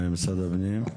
משרד הפנים?